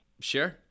Sure